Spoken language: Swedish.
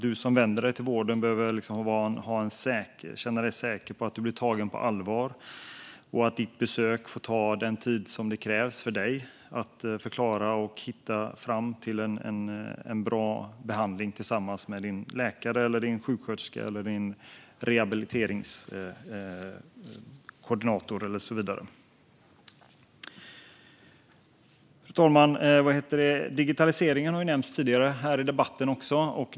Du som vänder dig till vården behöver känna dig säker på att du blir tagen på allvar och att ditt besök får ta den tid som det krävs för dig att förklara och hitta fram till en bra behandling tillsammans med din läkare, din sjuksköterska, din rehabiliteringskoordinator och så vidare. Fru talman! Digitaliseringen har nämnts tidigare här i debatten.